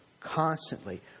constantly